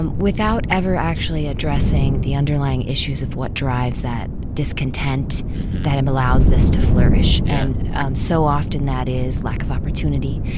um without ever actually addressing the underlying issues of what drives that discontent that allows this to flourish yeah and um so often that is lack of opportunity.